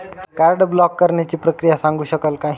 Card block करण्याची प्रक्रिया सांगू शकाल काय?